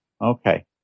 Okay